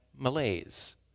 malaise